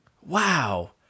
wow